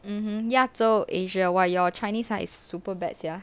mmhmm 亚洲 asia !wah! your chinese ah is super bad sia